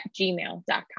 gmail.com